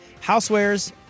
housewares